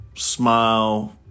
Smile